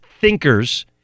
thinkers